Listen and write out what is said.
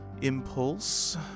impulse